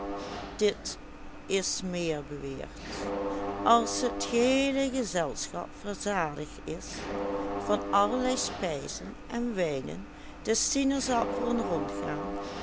dit is meer beweerd als het geheele gezelschap verzadigd is van allerlei spijzen en wijnen de sinaasappelen rondgaan